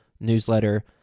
newsletter